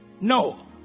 no